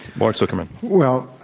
mort zuckerman. well,